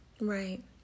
Right